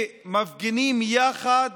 שמפגינים יחד